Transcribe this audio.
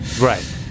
Right